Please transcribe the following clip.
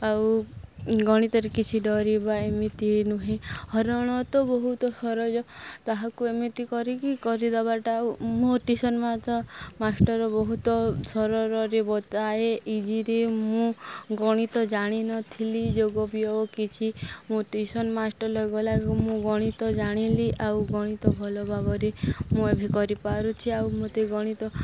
ଆଉ ଗଣିତରେ କିଛି ଡରିବା ଏମିତି ନୁହେଁ ହରଣ ତ ବହୁତ ସରଜ ତାହାକୁ ଏମିତି କରିକି କରିଦବାଟା ଆଉ ମୋ ଟିଉସନ ମାଷ୍ଟର ବହୁତ ସରଳରେ ବତାଏ ଇଜିରେ ମୁଁ ଗଣିତ ଜାଣିନଥିଲି ଯୋଗ ବିୟୋଗ କିଛି ମୁଁ ଟିଉସନ ମାଷ୍ଟରରେ ଗଲାକୁ ମୁଁ ଗଣିତ ଜାଣିଲି ଆଉ ଗଣିତ ଭଲ ଭାବରେ ମୁଁ ଏବେ କରିପାରୁଛି ଆଉ ମତେ ଗଣିତ